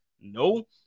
No